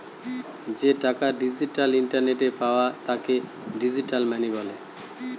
যে টাকা ডিজিটাল ইন্টারনেটে পায় তাকে ডিজিটাল মানি বলে